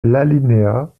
l’alinéa